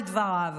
לדבריו.